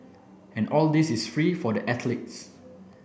and all this is free for the athletes